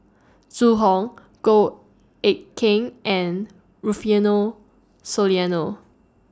Zhu Hong Goh Eck Kheng and Rufino Soliano